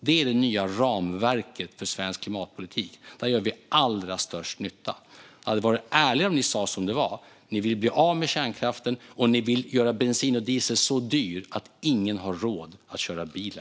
Detta är det nya ramverket för svensk klimatpolitik. Där gör vi allra störst nytta. Det hade varit ärligare om ni sa som det är: Ni vill bli av med kärnkraften och göra det så dyrt med bensin och diesel att ingen längre har råd att köra bil.